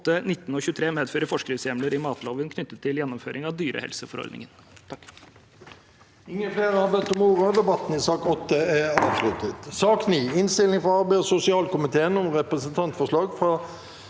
23 medføre forskriftsendringer i matloven knyttet til gjennomføring av dyrehelseforordningen.